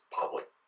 public